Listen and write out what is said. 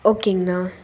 ஓகேங்கண்ணா